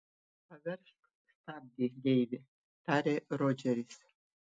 paveržk stabdį deivi tarė rodžeris